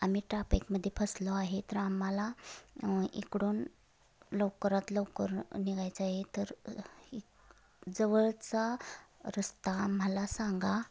आम्ही ट्राफिकमध्ये फसलो आहे तर आम्हाला इकडून लवकरात लवकर निघायचं आहे तर जवळचा रस्ता आम्हाला सांगा